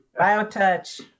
BioTouch